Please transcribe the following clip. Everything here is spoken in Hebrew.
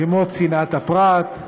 כמו צנעת הפרט,